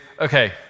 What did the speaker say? okay